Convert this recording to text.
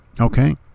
Okay